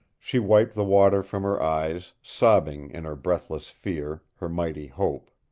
she wiped the water from her eyes, sobbing in her breathless fear her mighty hope.